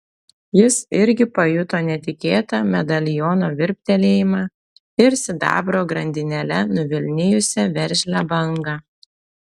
jis irgi pajuto netikėtą medaliono virptelėjimą ir sidabro grandinėle nuvilnijusią veržlią bangą